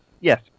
Yes